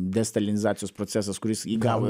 destalinizacijos procesas kuris įgavo